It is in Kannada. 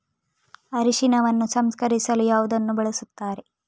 ಅರಿಶಿನವನ್ನು ಸಂಸ್ಕರಿಸಲು ಯಾವುದನ್ನು ಬಳಸುತ್ತಾರೆ?